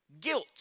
Guilt